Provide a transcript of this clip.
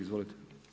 Izvolite.